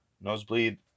Nosebleed